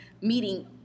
meeting